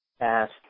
asked